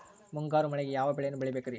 ಮುಂಗಾರು ಮಳೆಗೆ ಯಾವ ಬೆಳೆಯನ್ನು ಬೆಳಿಬೇಕ್ರಿ?